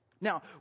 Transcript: Now